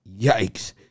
Yikes